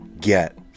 get